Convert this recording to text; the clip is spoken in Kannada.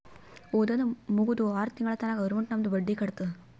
ಓದದ್ ಮುಗ್ದು ಆರ್ ತಿಂಗುಳ ತನಾ ಗೌರ್ಮೆಂಟ್ ನಮ್ದು ಬಡ್ಡಿ ಕಟ್ಟತ್ತುದ್